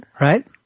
right